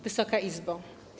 Wysoka Izbo!